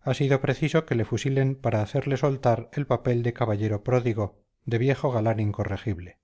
ha sido preciso que le fusilen para hacerle soltar el papel de caballero pródigo de viejo galán incorregible